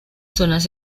zonas